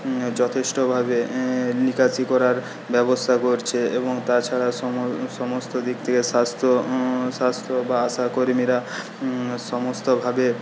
যথেষ্টভাবে নিকাষি করার ব্যবস্থা করছে এবং তাছাড়া সমস্ত দিক থেকে স্বাস্থ্য স্বাস্থ্য বা আশা কর্মীরা সমস্ত ভাবে